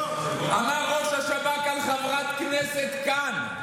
אמר ראש השב"כ על חברת כנסת כאן: